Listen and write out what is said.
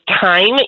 time